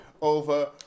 over